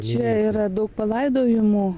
čia yra daug palaidojimų